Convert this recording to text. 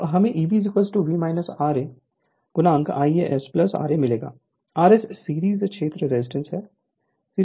Refer Slide Time 1410 तो हमे Eb V Ia R S ra मिलेगा RS सीरीज क्षेत्र रेजिस्टेंस है